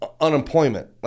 Unemployment